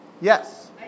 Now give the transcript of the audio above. Yes